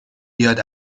بیاد